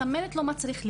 היא מסמנת לו מה צריך להיות.